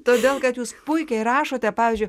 todėl kad jūs puikiai rašote pavyzdžiui